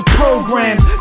programs